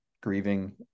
grieving